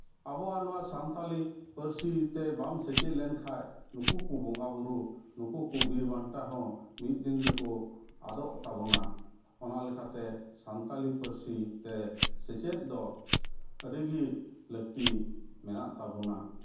ᱟᱵᱚᱱᱣᱟᱜ ᱱᱚᱣᱟ ᱥᱟᱱᱛᱟᱞᱤ ᱯᱟᱹᱨᱥᱤ ᱛᱮ ᱵᱟᱢ ᱥᱮᱪᱮᱫ ᱞᱮᱱᱠᱷᱟᱡ ᱱᱩᱠᱩ ᱠᱚ ᱵᱚᱸᱜᱟ ᱵᱩᱨᱩ ᱱᱩᱠᱩ ᱠᱚ ᱵᱤᱨᱵᱟᱱᱴᱟ ᱦᱚᱸ ᱢᱤᱫᱡ ᱫᱤᱱ ᱫᱚᱠᱚ ᱟᱫᱚᱜ ᱛᱟᱵᱚᱱᱟ ᱚᱱᱟ ᱞᱮᱠᱟᱛᱮ ᱥᱟᱱᱛᱟᱞᱤ ᱯᱟᱹᱨᱥᱤ ᱛᱮ ᱥᱮᱪᱮᱫ ᱫᱚ ᱟᱹᱰᱤ ᱜᱮ ᱞᱟᱹᱠᱛᱤ ᱢᱮᱱᱟᱜ ᱛᱟᱵᱚᱱᱟ